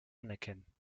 anerkennen